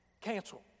cancel